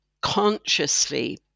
consciously